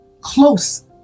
close